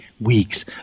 weeks